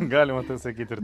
galima sakyti ir